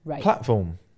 platform